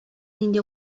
нинди